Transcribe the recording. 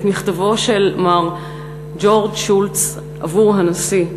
את מכתבו של מר ג'ורג' שולץ עבור הנשיא: